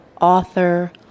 author